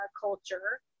culture